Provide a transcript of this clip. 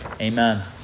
amen